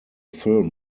film